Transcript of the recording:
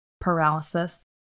paralysis